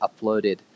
uploaded